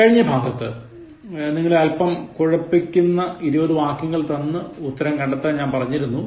കഴിഞ്ഞ ഭാഗത്ത് നിങ്ങളെ അൽപം കുഴപ്പിക്കുന്ന ഇരുപത് വാക്യങ്ങൾ തന്ന് ഉത്തരം കണ്ടെത്താൻ ഞാൻ പറഞ്ഞിരുന്നു